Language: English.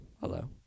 Hello